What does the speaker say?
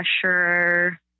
pressure